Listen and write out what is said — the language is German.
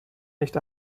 nicht